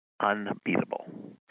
unbeatable